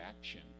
action